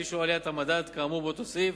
על-פי שיעור עליית המדד כאמור באותו סעיף.